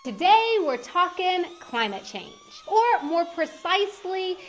today we're talking climate change. or, more precisely,